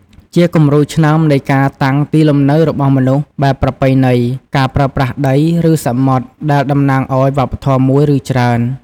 ជាគំរូឆ្នើមនៃការតាំងទីលំនៅរបស់មនុស្សបែបប្រពៃណី ការប្រើប្រាស់ដី ឬសមុទ្រ ដែលតំណាងឱ្យវប្បធម៌មួយ ឬច្រើន។